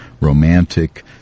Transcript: romantic